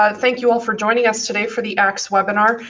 um thank you all for joining us today for the axe webinar.